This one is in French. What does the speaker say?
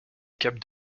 cap